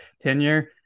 tenure